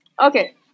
Okay